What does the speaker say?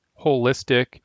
holistic